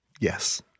Yes